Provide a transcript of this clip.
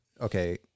okay